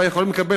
ויכולים לקבל,